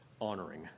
honoring